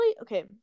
Okay